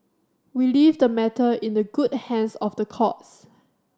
we leave the matter in the good hands of the courts